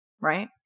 right